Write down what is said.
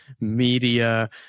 media